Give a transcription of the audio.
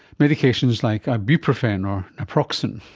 medications like ibuprofen or naproxen,